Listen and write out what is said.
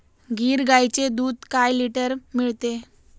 गीर गाईचे दूध काय लिटर मिळते?